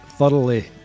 thoroughly